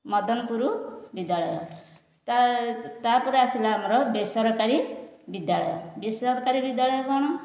ମଦନପୁର ବିଦ୍ୟାଳୟ ତା ତା'ପରେ ଆସିଲା ଆମର ବେସରକାରୀ ବିଦ୍ୟାଳୟ ବେସରକାରୀ ବିଦ୍ୟାଳୟ କ'ଣ